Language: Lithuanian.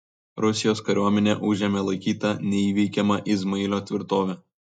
rusijos kariuomenė užėmė laikytą neįveikiama izmailo tvirtovę